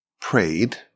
prayed